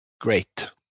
great